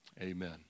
Amen